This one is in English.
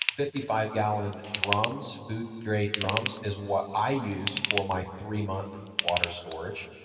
fifty five gallon drums, food-grade drums is what i use for my three-month water storage,